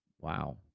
Wow